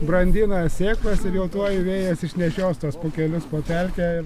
brandina sėklas ir jau tuoj vėjas išnešios tuos pūkelius po pelkę